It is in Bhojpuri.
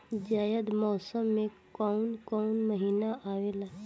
जायद मौसम में काउन काउन महीना आवेला?